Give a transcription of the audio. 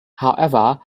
however